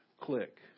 click